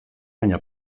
baina